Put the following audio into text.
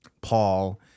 Paul